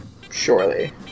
Surely